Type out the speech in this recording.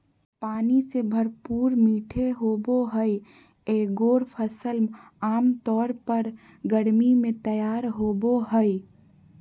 पानी से भरपूर मीठे होबो हइ एगोर फ़सल आमतौर पर गर्मी में तैयार होबो हइ